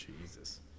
Jesus